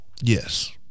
yes